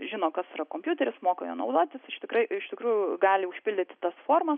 žino kas yra kompiuteris moka juo naudotis tikrai iš tikrųjų gali užpildyti tas formas